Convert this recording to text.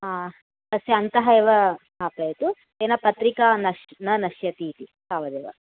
तस्य अन्तः एव स्थापयतु तेन पत्रिका नश् न नश्यति इति तावदेव